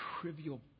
trivial